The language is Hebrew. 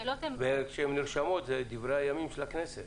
כשהן נרשמות, זה דברי הימים של הכנסת